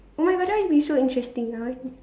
!oh-my-God! that would be so interesting I